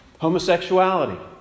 homosexuality